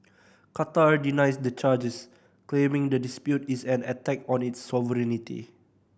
Qatar denies the charges claiming the dispute is an attack on its sovereignty